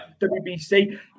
WBC